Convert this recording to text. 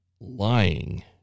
lying